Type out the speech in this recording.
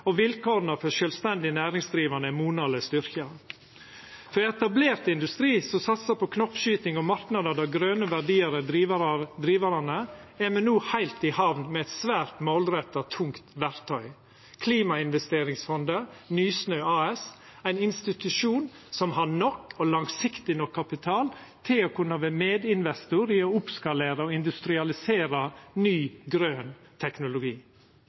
og vilkåra for sjølvstendig næringsdrivande er monaleg styrkte. For etablert industri som satsar på knoppskyting og marknader der grøne verdiar er drivarane, er me no heilt i hamn med eit svært målretta, tungt verktøy: klimainvesteringsfondet Nysnø AS, ein institusjon som har nok og langsiktig nok kapital til å kunna vera medinvestor i å oppskalera og industrialisera ny, grøn teknologi.